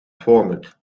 format